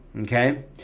Okay